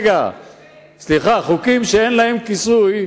חוקים שאין להם כיסוי,